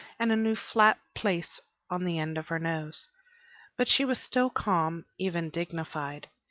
and a new flat place on the end of her nose but she was still calm, even dignified.